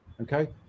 okay